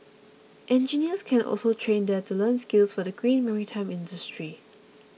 engineers can also train there to learn skills for the green maritime industry